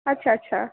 अच्छा अच्छा